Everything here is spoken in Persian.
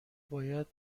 باید